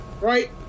right